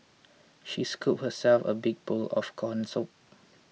she scooped herself a big bowl of Corn Soup